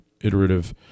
iterative